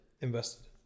Invested